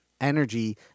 energy